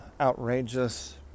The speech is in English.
outrageous